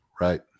Right